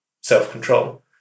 self-control